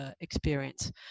experience